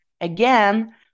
again